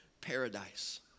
paradise